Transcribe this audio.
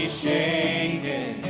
shaken